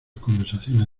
conversaciones